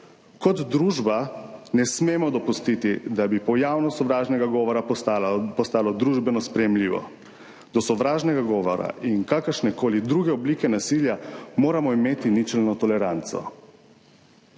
Kot družba ne smemo dopustiti, da bi pojavnost sovražnega govora postala družbeno sprejemljiva. Do sovražnega govora in kakršnekoli druge oblike nasilja moramo imeti ničelno toleranco.